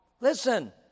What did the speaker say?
Listen